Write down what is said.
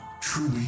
truly